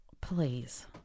Please